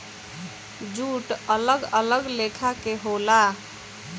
jute अलग अलग लेखा के होला